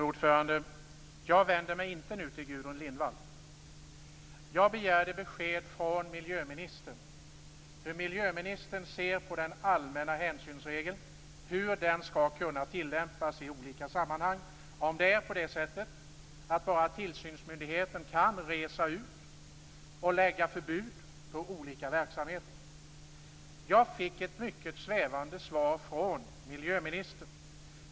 Fru talman! Jag vänder mig inte nu till Gudrun Jag begärde besked från miljöministern hur hon ser på den allmänna hänsynsregeln, hur den skall kunna tillämpas i olika sammanhang, om det är på det sättet att bara tillsynsmyndigheten kan resa ut och lägga förbud på olika verksamheter. Jag fick ett mycket svävande svar från miljöministern.